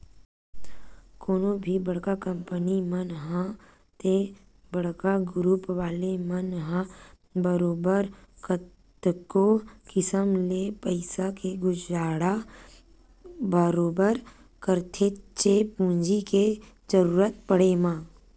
कोनो भी बड़का कंपनी मन ह ते बड़का गुरूप वाले मन ह बरोबर कतको किसम ले पइसा के जुगाड़ बरोबर करथेच्चे पूंजी के जरुरत पड़े म